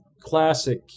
classic